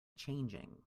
changing